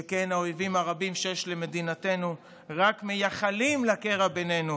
שכן האויבים הרבים שיש למדינתנו רק מייחלים לקרע בינינו